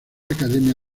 academia